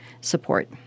support